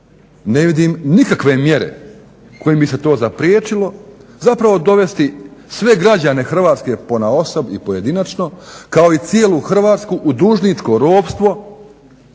ne vidim nikakve mjere kojima bi se to zapriječilo zapravo dovesti sve građane Hrvatske ponaosob i pojedinačno kao i cijelu Hrvatsku u dužničko ropstvo